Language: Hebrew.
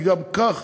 כי גם כך